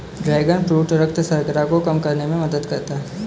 dragon fruit रक्त शर्करा को कम करने में मदद करता है